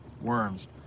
Worms